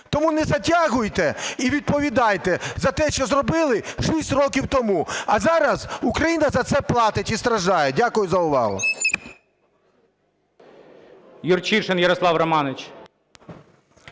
Тому не затягуйте і відповідайте за те, що зробили 6 років тому. А зараз Україна за це платить і страждає. Дякую за увагу.